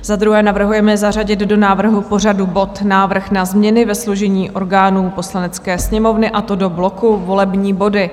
Za druhé navrhujeme zařadit do návrhu pořadu bod Návrh na změny ve složení orgánů Poslanecké sněmovny, a to do bloku Volební body.